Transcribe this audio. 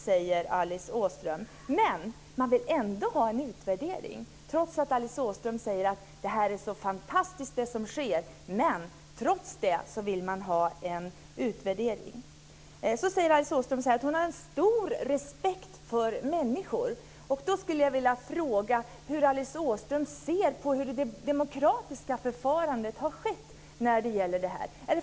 Men Alice Åström vill ändå ha en utvärdering, trots att hon säger att det som sker är så fantastiskt. Alice Åström säger att hon har stor respekt för människor. Då vill jag fråga hur Alice Åström ser på det demokratiska förfarandet.